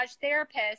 therapist